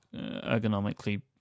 ergonomically